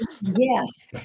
Yes